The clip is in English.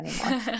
anymore